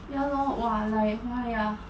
ya lor !whoa! like why ah